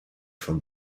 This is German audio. von